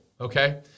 Okay